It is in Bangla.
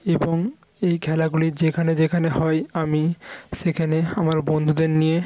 এবং এই খেলাগুলি যেখানে যেখানে হয় আমি সেখানে আমার বন্ধুদের নিয়ে